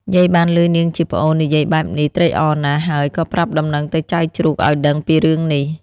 យាយបានឮនាងជាប្អូននិយាយបែបនេះត្រេកអរណាស់ ហើយក៏ប្រាប់ដំណឹងទៅចៅជ្រូកឲ្យដឹងពីរឿងនេះ